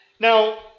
Now